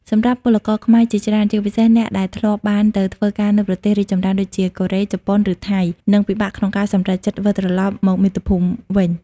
សម្រាប់ពលករខ្មែរជាច្រើន ជាពិសេសអ្នកដែលធ្លាប់បានទៅធ្វើការនៅប្រទេសរីកចម្រើនដូចជា កូរ៉េ ជប៉ុន ឬថៃ និងពិបាកក្នុងការសម្រេចចិត្តវិលត្រឡប់មកមាតុភូមិវិញ ។